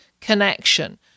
connection